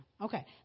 Okay